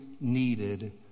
needed